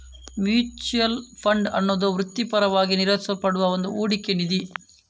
mutual fund ಅನ್ನುದು ವೃತ್ತಿಪರವಾಗಿ ನಿರ್ವಹಿಸಲ್ಪಡುವ ಒಂದು ಹೂಡಿಕೆ ನಿಧಿ